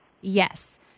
Yes